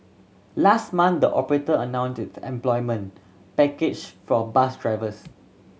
last month the operator announced its employment package for bus drivers